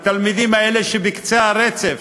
התלמידים האלה שבקצה הרצף,